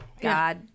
God